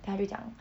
then 他就讲